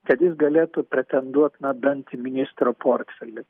kad jis galėtų pretenduot na bent į ministro portfelį